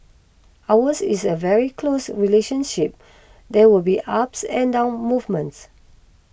ours is a very close relationship there will be ups and down movements